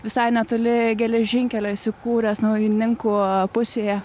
visai netoli geležinkelio įsikūręs naujininkų pusėje